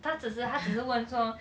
他只是他只是问说